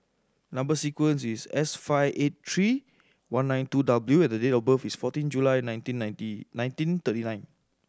number sequence is S five eight three one nine two W and the date of birth is fourteen July nineteen ninety nineteen thirty nine